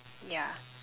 yeah